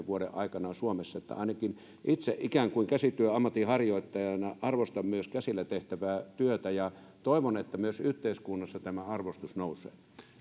vuoden aikana suomessa eli ainakin itse ikään kuin käsityöammatin harjoittajana arvostan myös käsillä tehtävää työtä ja toivon että myös yhteiskunnassa tämä arvostus nousee